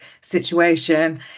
situation